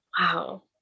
wow